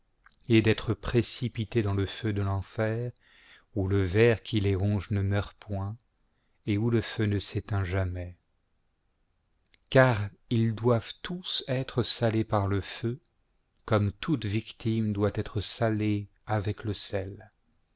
et d'être précipité dans le feu de l'enfer où le ver qui les ronge ne meurt point et où le feu ne s'éteint jamais car ils doivent tous être salés par le feu comme toute victime doit être salée avec le sel